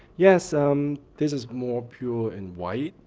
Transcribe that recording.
yes. um this is more pure and white.